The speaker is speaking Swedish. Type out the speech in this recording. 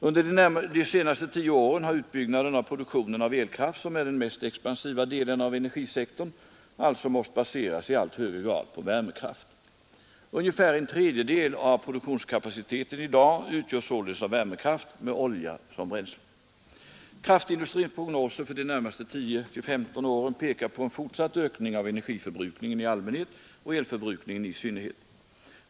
Under de senaste tio åren har utbyggnaden av produktionen av elkraft — som är den mest expansiva delen av energisektorn — alltså måst baseras i allt högre grad på värmekraft. Ungefär en tredjedel av produktionskapaciteten i dag utgörs således av värmekraft, med olja som bränsle. Kraftindustrins prognoser för de närmaste tio till femton åren pekar på en fortsatt ökning av energiförbrukningen i allmänhet och elförbrukningen i synnerhet.